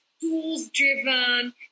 tools-driven